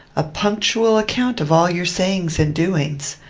a punctual account of all your sayings and doings.